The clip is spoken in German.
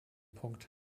punkt